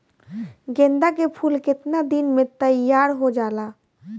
गेंदा के फूल केतना दिन में तइयार हो जाला?